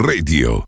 Radio